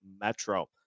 Metro